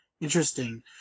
Interesting